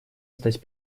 стать